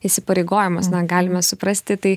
įsipareigojimas na galime suprasti tai